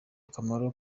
akamaro